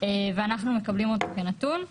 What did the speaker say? ואנחנו מקבלים אותו כנתון.